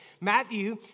Matthew